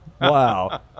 Wow